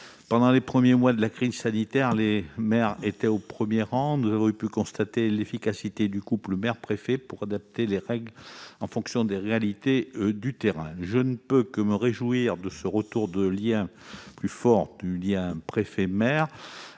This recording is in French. Pendant les premiers mois de la crise sanitaire, les maires étaient au premier rang. Nous avons pu constater l'efficacité du couple maire-préfet pour adapter les règles en fonction des réalités du terrain. Je ne peux que me réjouir du renforcement du lien préfet-maire.